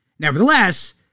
Nevertheless